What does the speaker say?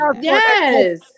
Yes